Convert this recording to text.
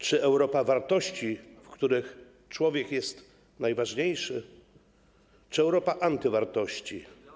Czy Europa wartości, w których człowiek jest najważniejszy, czy Europa antywartości?